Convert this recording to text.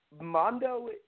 Mondo –